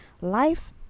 Life